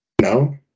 No